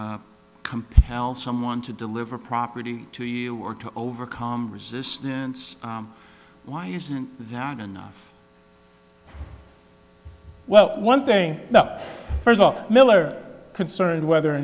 compel someone to deliver property to you or to overcome resistance why isn't that enough well one thing first off miller concerned whether or